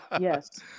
Yes